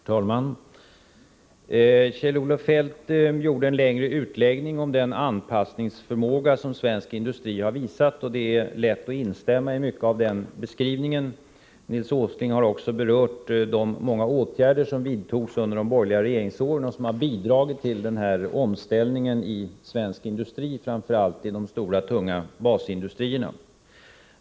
Herr talman! Kjell-Olof Feldt gjorde en längre utläggning om den anpassningsförmåga som svensk industri har visat, och det är lätt att instämma i mycket av denna beskrivning. Nils Åsling har också berört de många åtgärder som vidtogs under de borgerliga regeringsåren och som har bidragit till denna omställning i svensk industri, framför allt i de stora, tunga basindustrierna.